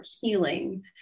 healing